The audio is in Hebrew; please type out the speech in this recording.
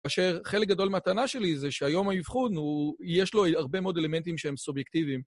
אשר חלק גדול מהטענה שלי זה שהיום האבחון הוא, יש לו הרבה מאוד אלמנטים שהם סובייקטיביים.